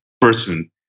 person